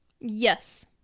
Yes